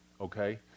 okay